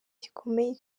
gikomeye